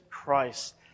Christ